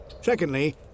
Secondly